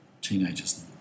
teenagers